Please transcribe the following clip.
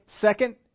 Second